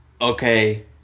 okay